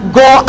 go